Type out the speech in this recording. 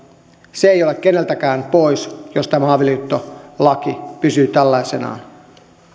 se ei ole keneltäkään pois jos tämä avioliittolaki pysyy tällaisenaan